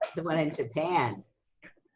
one in japan.